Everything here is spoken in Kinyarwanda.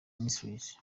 ministries